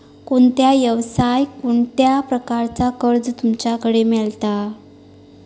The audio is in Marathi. कोणत्या यवसाय कोणत्या प्रकारचा कर्ज तुमच्याकडे मेलता?